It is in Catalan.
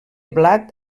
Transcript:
blat